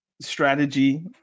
strategy